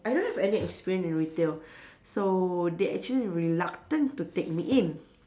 I don't have any experience in retail so they actually reluctant to take me in